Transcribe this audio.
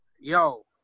yo